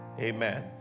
Amen